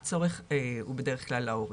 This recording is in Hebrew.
הצורך הוא בדרך כלל להורים.